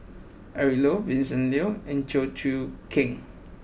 Eric Low Vincent Leow and Chew Choo Keng